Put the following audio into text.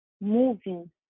moving